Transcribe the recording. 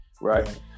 right